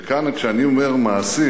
וכאן, כשאני אומר מעשים,